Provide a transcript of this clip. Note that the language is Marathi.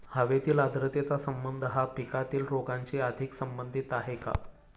हवेतील आर्द्रतेचा संबंध हा पिकातील रोगांशी अधिक संबंधित आहे का?